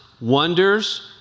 wonders